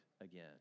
again